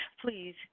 Please